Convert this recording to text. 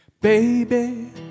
Baby